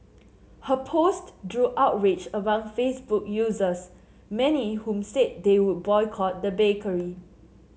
her post drew outrage among Facebook users many whom said they would boycott the bakery